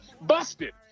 Busted